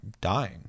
dying